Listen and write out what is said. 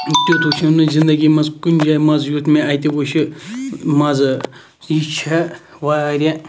تیُتھ وٕچھُم نہٕ زِندگی مَنٛز کُنہِ جاے مَزٕ یُتھ مےٚ اَتہِ وٕچھ مَزٕ یہِ چھےٚ واریاہ